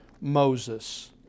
Moses